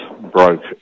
broke